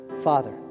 Father